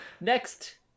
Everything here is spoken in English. Next